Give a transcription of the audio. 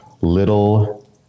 little